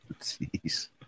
Jeez